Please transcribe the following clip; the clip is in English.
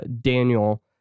Daniel